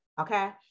okay